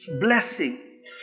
blessing